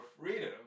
freedom